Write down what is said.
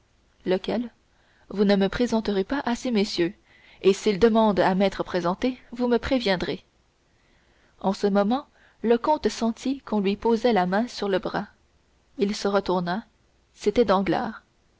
lequel vous ne me présenterez pas à ces messieurs et s'ils demandent à m'être présentés vous me préviendrez en ce moment le comte sentit qu'on lui posait la main sur le bras il se retourna c'était